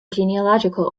genealogical